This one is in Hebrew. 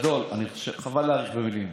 חבל להאריך במילים.